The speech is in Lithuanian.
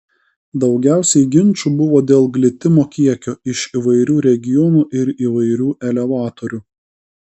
daugiausiai ginčų buvo dėl glitimo kiekio iš įvairių regionų ir įvairių elevatorių